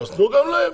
אז תנו גם להן.